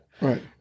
Right